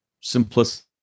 simplicity